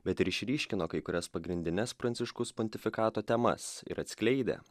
bet ir išryškino kai kurias pagrindines pranciškaus pontifikato temas ir atskleidė